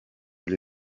gli